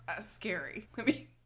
scary